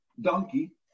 donkey